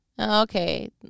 Okay